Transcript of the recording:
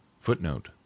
Footnote